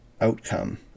outcome